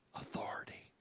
authority